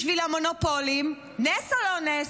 בשביל המונופולים, נס או לא נס?